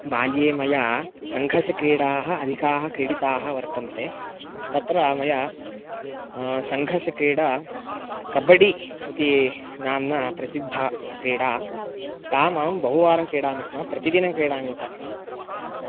बाल्ये मया सङ्घस्य क्रीडाः अधिकाः क्रीडिताः वर्तन्ते तत्र मया सङ्घस्य क्रीडा कबडि इति नाम्ना प्रसिद्धा क्रीडा ताम् अहं बहुवारं क्रीडामि स्म प्रतिदिनं क्रीडामि च